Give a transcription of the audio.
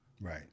right